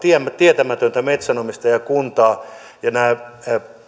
tietämätöntä metsänomistajakuntaa ja